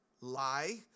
lie